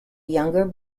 younger